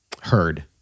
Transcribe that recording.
heard